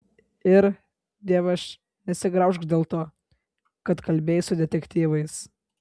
ir dievaž nesigraužk dėl to kad kalbėjai su detektyvais